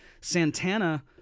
Santana